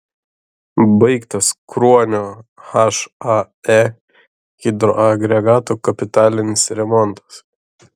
baigtas kruonio hae hidroagregato kapitalinis remontas